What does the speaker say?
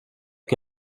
que